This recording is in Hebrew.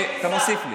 אתה מוסיף לי.